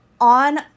On